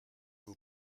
vous